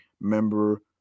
member